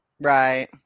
Right